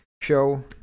show